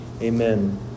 Amen